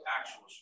actual